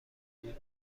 بود